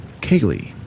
Kaylee